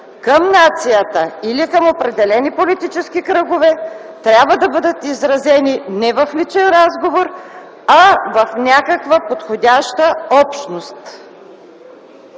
към нацията или към определени политически кръгове трябва да бъдат изразени не в личен разговор, а в някаква подходяща общност.